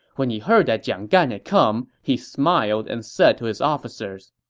when he heard that jiang gan had come, he smiled and said to his officers,